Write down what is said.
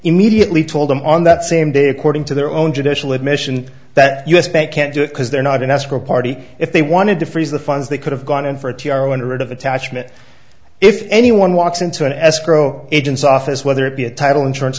immediately told them on that same day according to their own judicial admission that u s bank can't do it because they're not in escrow party if they wanted to freeze the funds they could have gone in for a t r one hundred of attachment if anyone walks into an escrow agent's office whether it be a title insurance